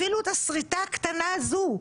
אפילו את השריטה הקטנה הזו,